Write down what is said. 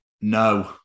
no